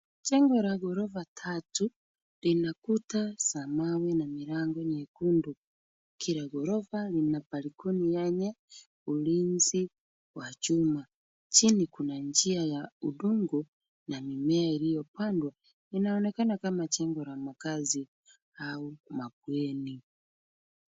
Jengo la ghorofa tatu, lina kuta za mawe na milango nyekundu. Kila ghorofa lina balcony yenye ulinzi wa chuma. Chini kuna njia ya udongo na mimea iliyopandwa. Inaonekana kama jengo la makazi au mabweni.